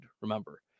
Remember